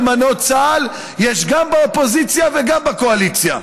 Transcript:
אלמנות צה"ל יש גם באופוזיציה וגם בקואליציה,